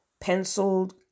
penciled